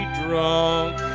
drunk